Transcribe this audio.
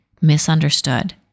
misunderstood